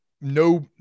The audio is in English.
no